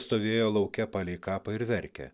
stovėjo lauke palei kapą ir verkė